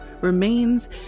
remains